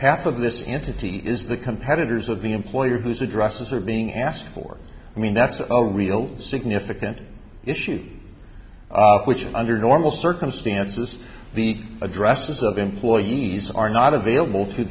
half of this entity is the competitors of the employer whose addresses are being asked for i mean that's a real significant issue which under normal circumstances the addresses of employees are not available to